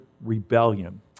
rebellion